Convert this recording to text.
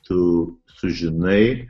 tu sužinai